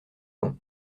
long